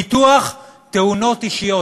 ביטוח תאונות אישיות,